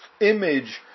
image